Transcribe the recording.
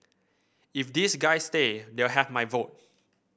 if these guys stay they'll have my vote